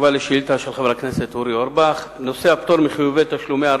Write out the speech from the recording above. חבר הכנסת אורי אורבך שאל את השר